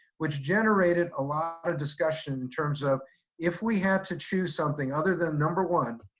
which generated a lot of discussion in terms of if we had to choose something other than number one,